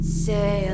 say